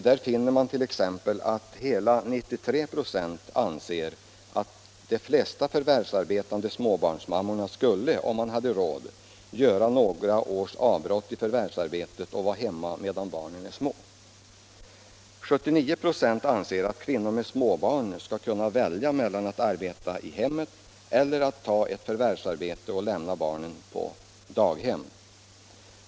Där finner man t.ex. att hela 93 96 anser att ”de flesta förvärvsarbetande småbarnsmammor skulle, om de hade Nr 24 råd, göra några års avbrott i förvärvsarbetet och vara hemma medan barnen är små”. 70 96 anser att ”kvinnor med små barn skall kunna välja mellan att arbeta i hemmet eller ta ett förvärvsarbete och lämna. barnen på daghem”.